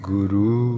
Guru